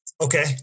Okay